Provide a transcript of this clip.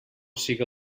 siga